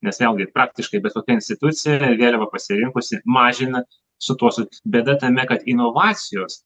nes vėlgi praktiškai bet kokia institucija vėliavą pasirinkusi mažina su tuo su bėda tame kad inovacijos